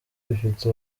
bifite